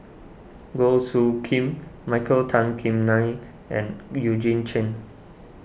Goh Soo Khim Michael Tan Kim Nei and Eugene Chen